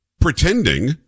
pretending